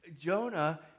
Jonah